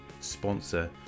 sponsor